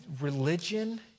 religion